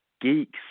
geeks